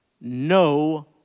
no